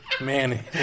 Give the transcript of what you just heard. Man